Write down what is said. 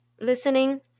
listening